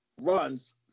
runs